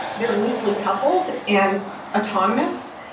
they're loosely coupled and autonomous.